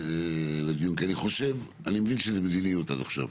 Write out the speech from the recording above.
אני מבין שזה מדיניות עד עכשיו,